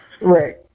Right